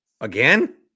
Again